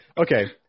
Okay